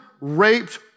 raped